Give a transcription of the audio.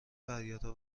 فریادها